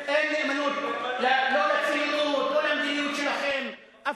אין נאמנות, לא לציונות, לא למדיניות שלכם.